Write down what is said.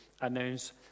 announce